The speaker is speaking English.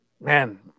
Man